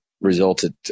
resulted –